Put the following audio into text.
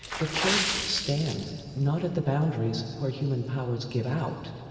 the church stands, not at the boundaries where human powers give out,